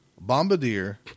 bombardier